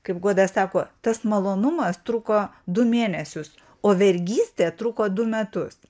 kaip guoda sako tas malonumas truko du mėnesius o vergystė truko du metus